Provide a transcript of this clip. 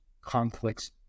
conflicts